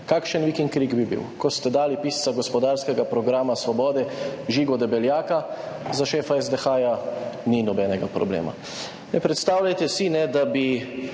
Kakšen vik in krik bi bil. Ko ste dali pisca gospodarskega programa Svobode, Žigo Debeljaka, za šefa SDH, ni nobenega problema.